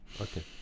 okay